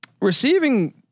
Receiving